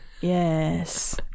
Yes